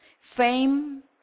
fame